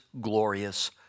glorious